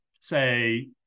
say